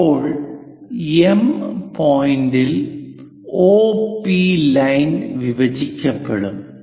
ഇപ്പോൾ എം പോയിന്റിൽ OP line വിഭജിക്കപ്പെടും